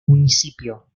municipio